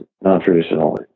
non-traditional